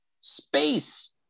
space